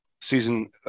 Season